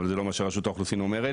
אבל זה לא מה שרשות האוכלוסין אומרת,